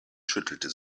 schüttelte